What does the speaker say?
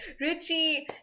Richie